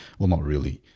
well, not really